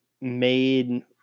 made